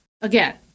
Again